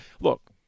look